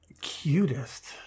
Cutest